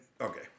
Okay